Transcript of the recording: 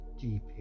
deep